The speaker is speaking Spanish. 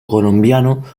colombiano